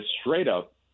straight-up